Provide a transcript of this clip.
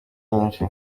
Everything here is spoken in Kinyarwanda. nyinshi